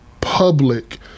public